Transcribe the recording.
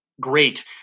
great